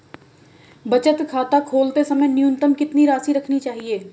बचत खाता खोलते समय न्यूनतम कितनी राशि रखनी चाहिए?